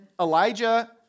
Elijah